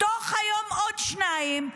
תוך יום עוד שניים,